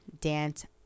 dance